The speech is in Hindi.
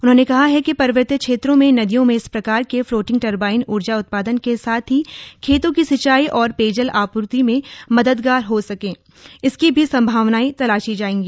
उन्होंने कहा कि पर्वतीय क्षेत्रों में नदियों में इस प्रकार के फ्लोटिंग टरबाइन ऊर्जा उत्पादन के साथ ही खेतों की सिंचाई और पेयजल आपूर्ति में मददगार हो सकें इसकी भी संभावनाएं तलाशी जाएं